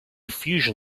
fusion